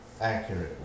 accurately